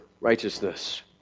righteousness